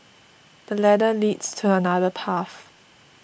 the ladder leads to another path